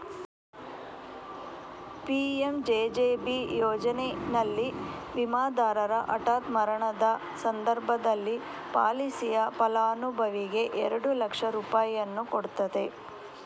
PMJJB ಯೋಜನೆನಲ್ಲಿ ವಿಮಾದಾರರ ಹಠಾತ್ ಮರಣದ ಸಂದರ್ಭದಲ್ಲಿ ಪಾಲಿಸಿಯ ಫಲಾನುಭವಿಗೆ ಎರಡು ಲಕ್ಷ ರೂಪಾಯಿಯನ್ನ ಕೊಡ್ತದೆ